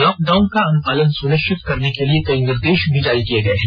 lockdown का अनुपालन सुनिश्चित करने के लिए कई निर्देश भी जारी किए गए हैं